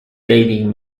dating